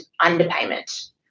underpayment